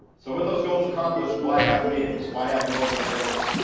so with those goals accomplished, why have meetings, why have an organization,